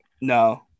No